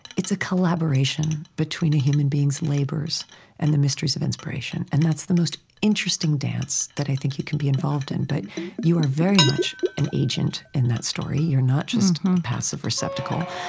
it's a collaboration between a human being's labors and the mysteries of inspiration. and that's the most interesting dance that i think you can be involved in, but you are very much an agent in that story. you're not just a um passive receptacle.